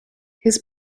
his